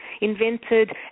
invented